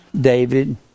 David